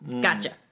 Gotcha